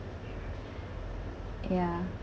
ya